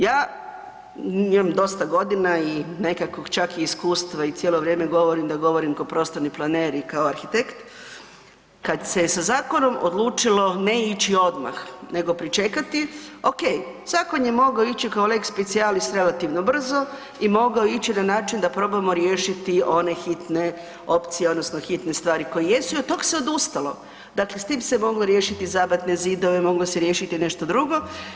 Ja imam dosta godina i nekakvog čak i iskustva i cijelo vrijeme govorim da govorim ko prostorni planer i kao arhitekt, kada se je sa zakonom odlučilo ne ići odmah nego pričekati, ok, zakon je mogao ići kao lex specialis relativno brzo i mogao je ići na način da probamo riješiti one hitne opcije odnosno hitne stvari koje jesu, a od tog se odustalo, dakle s tim se moglo riješiti zabatne zidove, moglo se riješiti nešto drugo.